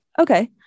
Okay